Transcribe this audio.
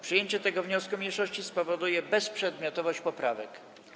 Przyjęcie tego wniosku mniejszości spowoduje bezprzedmiotowość poprawek.